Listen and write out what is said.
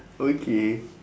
okay